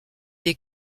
des